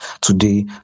today